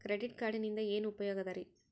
Credit ಕಾರ್ಡಿನಿಂದ ಏನು ಉಪಯೋಗದರಿ?